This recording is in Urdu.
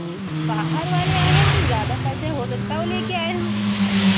باہر والے آئے ہیں تو زیادہ پیسے ہو سکتا ہے وہ لے کے آئے ہوں